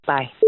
Bye